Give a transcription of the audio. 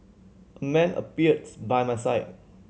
a man appears by my side